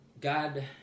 God